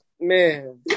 Man